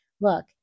look